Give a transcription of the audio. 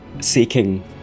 seeking